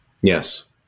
Yes